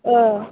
ए